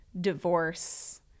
divorce